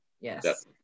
Yes